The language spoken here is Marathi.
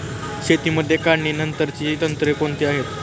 शेतीमध्ये काढणीनंतरची तंत्रे कोणती आहेत?